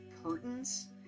Curtains